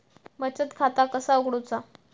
बचत खाता कसा उघडूचा?